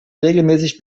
regelmäßig